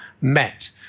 met